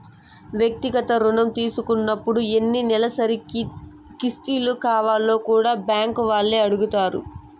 వ్యక్తిగత రుణం తీసుకున్నపుడు ఎన్ని నెలసరి కిస్తులు కావాల్నో కూడా బ్యాంకీ వాల్లే అడగతారు